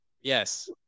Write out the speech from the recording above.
Yes